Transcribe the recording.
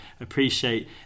appreciate